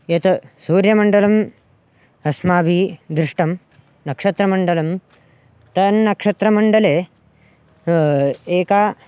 यत् सूर्यमण्डलम् अस्माभिः दृष्टं नक्षत्रमण्डलं तन्नक्षत्रमण्डले एका